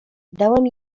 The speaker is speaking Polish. dałem